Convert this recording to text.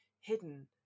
hidden